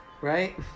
right